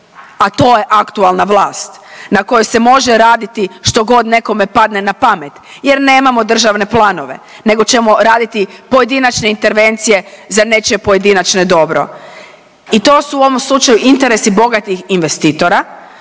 A to je aktualna vlast na kojoj se može raditi što god nekome padne na pamet jer nemamo državne planove nego ćemo raditi pojedinačne intervencije za nečije pojedinačno dobro. I to su u ovom slučaju interesi bogatih investitora